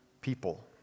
people